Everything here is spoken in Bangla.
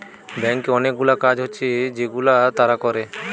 ব্যাংকে অনেকগুলা কাজ হচ্ছে যেগুলা তারা করে